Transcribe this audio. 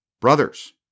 Brothers